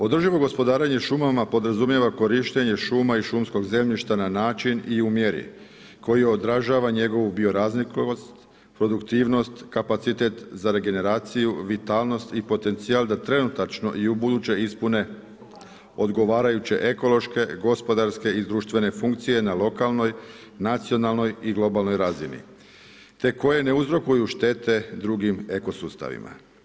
Održivo gospodarenje šumama podrazumijeva korištenje šuma i šumskog zemljišta na način i u mjeri koji odražava njegovu biorazličitost, produktivnost, kapacitet za regerenaciju, vitalnost i potencijal da trenutačno i ubuduće ispune odgovarajuće ekološke, gospodarske i društvene funkcije na lokalnoj, nacionalnoj i globalnoj razini te koje ne uzrokuju štete drugim eko sustavima.